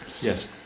Yes